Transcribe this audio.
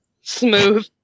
Smooth